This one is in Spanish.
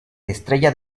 estrella